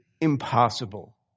impossible